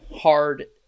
hard